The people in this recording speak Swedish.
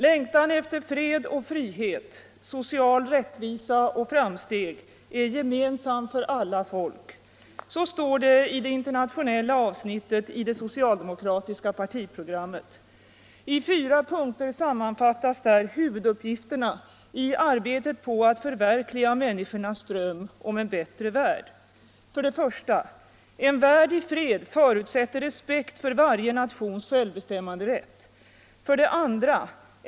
”Längtan efter fred och frihet, social rättvisa och framsteg, är gemensam för alla folk.” Så står det i det internationella avsnittet i det socialdemokratiska partiprogrammet. I fyra punkter sammanfattas där huvuduppgifterna i arbetet på att förverkliga människornas dröm om en bättre värld: | I. En värld i fred förutsätter respekt för varje nations självbestämmanderiätt. 2.